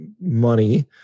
money